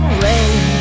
rain